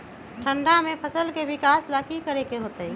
ठंडा में फसल के विकास ला की करे के होतै?